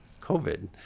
COVID